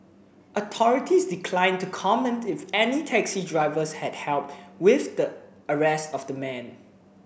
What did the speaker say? authorities declined to comment if any taxi drivers had help with the arrest of the man